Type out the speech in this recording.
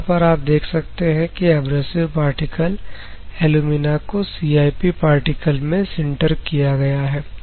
जहां पर आप देख सकते हैं कि एब्रेसिव पार्टिकल एलुमिना को CIP पार्टिकल में सिंटर किया गया है